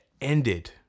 ended